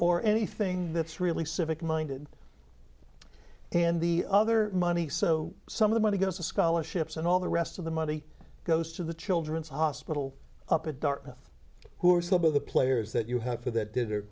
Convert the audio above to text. or anything that's really civic minded and the other money so some of the money going to scholarships and all the rest of the money goes to the children's hospital up at dartmouth who are some of the players that you have for that did